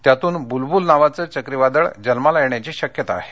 त्यातून ब्लब्ल नावाचं चक्रीवादळ जन्माला येण्याची शक्यता आहे